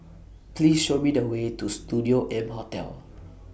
Please Show Me The Way to Studio M Hotel